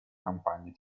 campagne